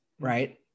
right